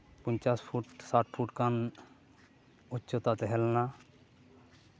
ᱯᱚᱧᱪᱟᱥ ᱯᱷᱩᱴ ᱥᱟᱴ ᱯᱷᱩᱴ ᱜᱟᱱ ᱩᱪᱪᱚᱛᱟ ᱛᱟᱦᱮᱸ ᱞᱮᱱᱟ